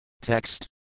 Text